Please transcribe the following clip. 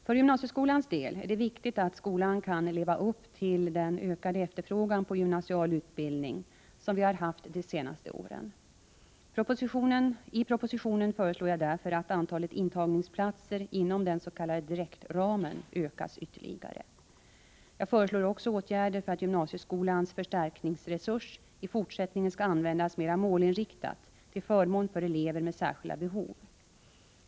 För gymnasieskolans del är det viktigt att skolan kan leva upp till den ökade efterfrågan på gymnasial utbildning som vi har haft de senaste åren. I propositionen föreslår jag därför att antalet intagningsplatser inom den s.k. direktramen ökas ytterligare. Jag föreslår också åtgärder för att gymnasieskolans förstärkningsresurs i fortsättningen skall användas mera målinriktat till förmån för elever med särskilda behov.